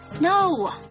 No